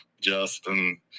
Justin